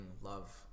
love